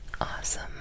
Awesome